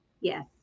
Yes